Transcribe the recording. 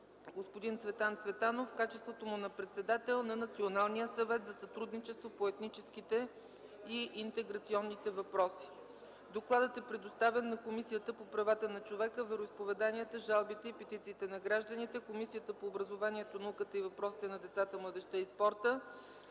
господин Цветан Цветанов в качеството му на председател на Националния съвет за сътрудничество по етническите и интеграционните въпроси. Докладът е предоставен на Комисията по правата на човека, вероизповеданията, жалбите и петициите на гражданите, Комисията по образованието, науката и въпросите на децата, младежта и спорта,